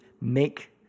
make